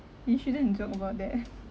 he shouldn't joke about that